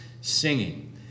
singing